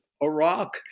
Iraq